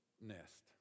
nest